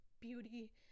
beauty